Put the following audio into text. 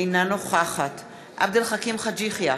אינה נוכחת עבד אל חכים חאג' יחיא,